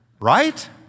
Right